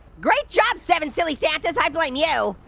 great job seven silly santas, i blame you!